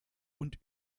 und